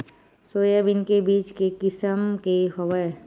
Soybean के बीज के किसम के हवय?